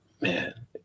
man